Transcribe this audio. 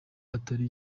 atari